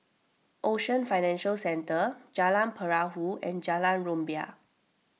Ocean Financial Centre Jalan Perahu and Jalan Rumbia